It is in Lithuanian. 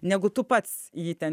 negu tu pats jį ten